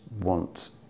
want